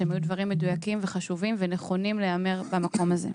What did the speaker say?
שהם היו דברים מדויקים וחשובים ונכונים להיאמר במקום הזה.